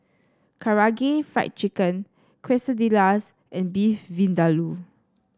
Karaage Fried Chicken Quesadillas and Beef Vindaloo